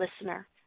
listener